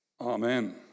Amen